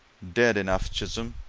dead enough, chisholm!